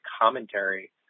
commentary